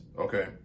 okay